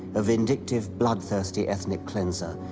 a vindictive, bloodthirsty ethnic cleanser,